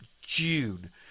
June